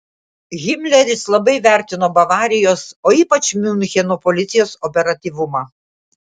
himleris labai vertino bavarijos o ypač miuncheno policijos operatyvumą